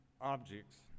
objects